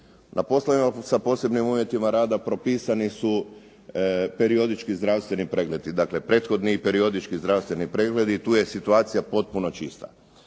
Na poslovima sa posebnim uvjetima rada propisani su periodički zdravstveni pregledi, dakle prethodni i periodički zdravstveni pregledi, tu je situacija potpuno čista.